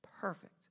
perfect